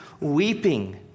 weeping